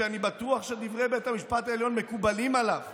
שאני בטוח שדברי בית המשפט העליון מקובלים עליו,